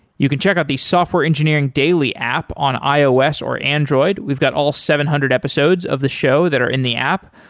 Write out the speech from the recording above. you can check out the software engineering daily app on ios or android. we've got all seven hundred episodes of the show that are in the app.